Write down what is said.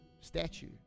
statue